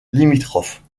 limitrophes